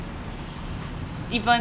even